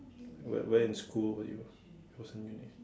like wh~ where in school were you it was in uni